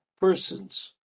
persons